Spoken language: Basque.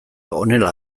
honela